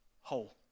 whole